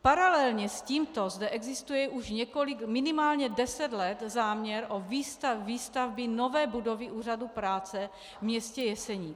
Paralelně s tímto zde existuje už několik minimálně deset let záměr výstavby nové budovy úřadu práce v městě Jeseník.